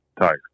Tiger